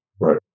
Right